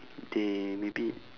they maybe